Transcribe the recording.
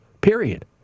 Period